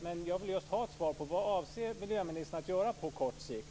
Men jag vill just ha ett svar på frågan vad miljöministern avser att göra på kort sikt.